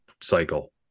cycle